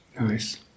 Nice